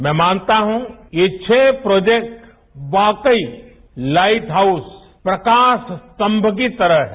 मैं मानता हूं ये छरू प्रोजेक्टश वाकई लाइट हाउस प्रकाश स्तेम्म की तरह हैं